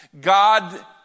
God